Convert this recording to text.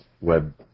Web